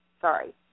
sorry